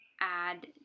add